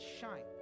shine